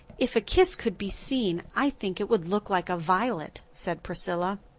if a kiss could be seen i think it would look like a violet, said priscilla.